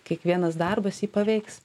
kiekvienas darbas jį paveiks